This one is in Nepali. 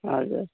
हजुर